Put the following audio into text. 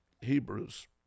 Hebrews